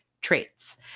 traits